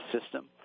system